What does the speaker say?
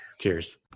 cheers